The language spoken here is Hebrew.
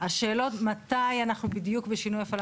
השאלות מתי אנחנו בדיוק בשינוי הפעלה